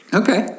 okay